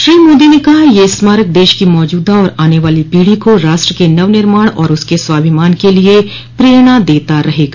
श्री मोदी ने कहा कि यह स्मारक देश की मौजूदा और आने वाली पीढ़ी को राष्ट्र के नव निर्माण और उसके स्वाभिमान के लिये प्रेरणा देता रहेगा